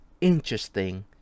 Interesting